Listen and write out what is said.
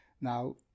Now